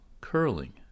Curling